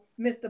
Mr